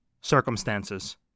circumstances